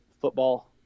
football